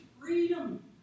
freedom